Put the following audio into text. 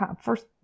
First